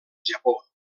japó